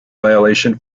violation